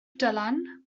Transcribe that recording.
dylan